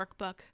workbook